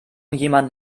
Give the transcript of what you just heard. jemand